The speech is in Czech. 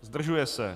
Zdržuje se.